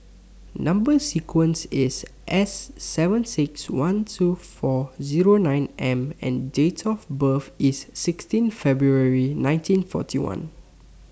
Number sequence IS S seven six one two four Zero nine M and Date of birth IS sixteen February nineteen forty one